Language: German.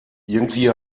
irgendwie